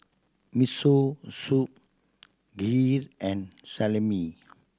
Miso Soup Kheer and Salami